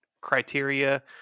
criteria